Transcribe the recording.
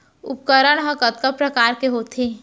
उपकरण हा कतका प्रकार के होथे?